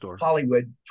Hollywood